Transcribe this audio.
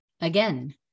again